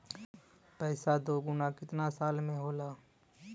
पैसा दूना कितना साल मे होला?